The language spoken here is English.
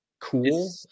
cool